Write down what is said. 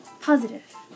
positive